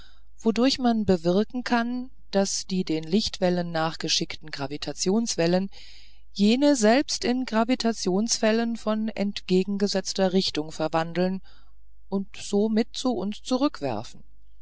wodurch man bewirken kann daß die den lichtwellen nachgeschickten gravitationswellen jene selbst in gravitationswellen von entgegengesetzter richtung verwandeln und somit zu uns zurückwerfen